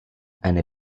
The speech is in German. eine